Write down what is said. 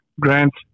grants